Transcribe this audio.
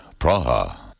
Praha